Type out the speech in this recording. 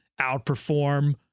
outperform